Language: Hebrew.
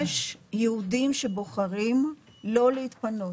יש יהודים שבוחרים לא להתפנות.